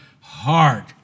heart